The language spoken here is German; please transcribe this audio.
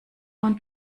und